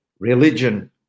Religion